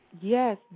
Yes